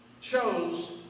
chose